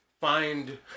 find